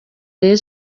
rayon